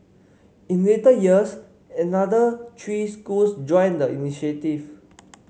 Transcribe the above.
in later years another three schools joined the initiative